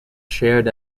shared